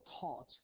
taught